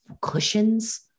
cushions